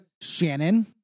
Shannon